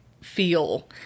feel